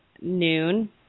noon